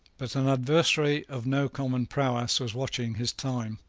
but an adversary of no common prowess was watching his time.